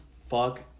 fuck